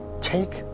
take